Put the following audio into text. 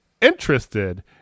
interested